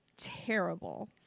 Terrible